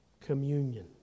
communion